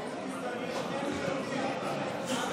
בן זוגי ואני שנינו יהודים, מה הבעיה?